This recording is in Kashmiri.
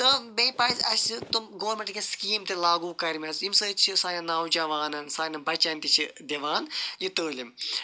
تہٕ بیٚیہِ پَزِ اَسہِ تِم گورمنٹَن کینٛہہ سکیٖم تہِ لاگوٗ کَرِمَژٕ ییٚمہِ سۭتۍ چھِ سانٮ۪ن نوجَوانن سانیٮ۪ن بَچَن تہِ چھِ دِوان یہِ تٲلیٖم